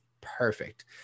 perfect